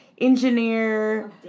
Engineer